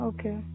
Okay